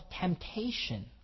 temptation